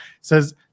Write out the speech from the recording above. Says